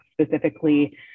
specifically